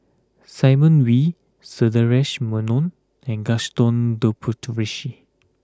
Simon Wee Sundaresh Menon and Gaston Dutronquoy